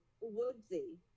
woodsy